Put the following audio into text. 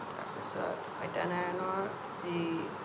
তাৰ পিছত সত্যনাৰায়ণৰ যি